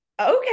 okay